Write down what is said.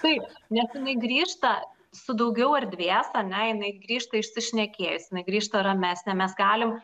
taip nes jinai grįžta su daugiau erdvės ane jinai grįžta išsišnekėjus jinai grįžta ramesnė mes galim